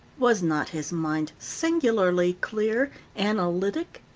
was not his mind singularly clear, analytic?